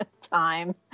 time